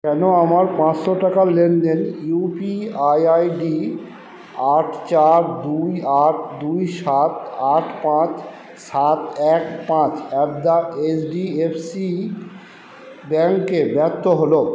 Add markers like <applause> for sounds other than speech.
কেন আমার পাঁচশো টাকার লেনদেন ইউ পি আই আইডি আট চার দুই আট দুই সাত আট পাঁচ সাত এক পাঁচ <unintelligible> এইচ ডি এফ সি ব্যাংকে ব্যর্থ হলো